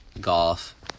golf